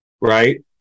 right